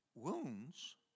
Wounds